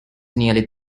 nearly